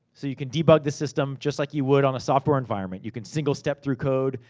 so, you can debug the system, just like you would on a software environment. you can single step through code.